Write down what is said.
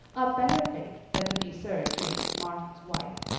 a better fate than to be sir james martin's wife.